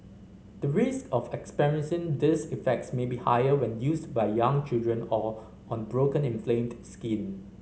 the risk of experiencing these effects may be higher when used by young children or on broken inflamed skin